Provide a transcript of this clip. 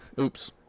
Oops